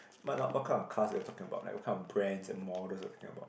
what kind of cars you are talking about like what kind of brands and models are you talking about